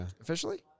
officially